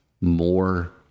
more